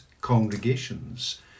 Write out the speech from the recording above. congregations